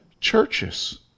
churches